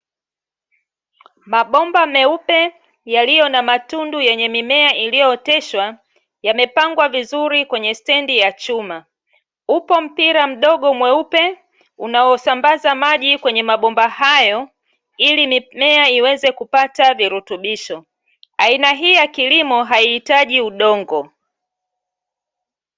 Mabomba meupe yaliyo na matundu yenye mimea iliyooteshwa, yamepangwa vizuri kwenye stendi ya chuma. Upo mpira mdogo mweupe, unaosambaza maji kwenye mabomba hayo, ili mimea iweze kupata virutubisho. Aina hii ya kilimo haihitaji udongo.